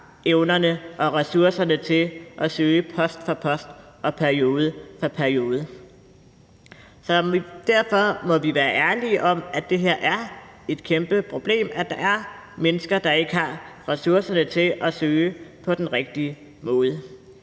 evnerne og ressourcerne til at søge post for post og periode for periode. Derfor må vi være ærlige om, at det er et kæmpeproblem, at der er mennesker, der ikke har ressourcerne til at søge på den rigtige måde.